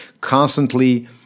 constantly